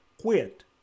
quit